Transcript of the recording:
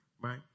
right